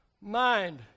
mind